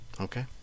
okay